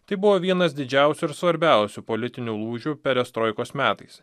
tai buvo vienas didžiausių ir svarbiausių politinių lūžių perestroikos metais